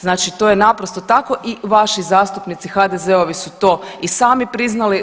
Znači to je naprosto tako i vaši zastupnici HDZ-ovi su to i sami priznali.